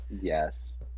Yes